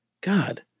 God